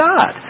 God